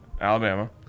Alabama